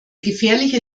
gefährliche